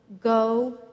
Go